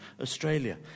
Australia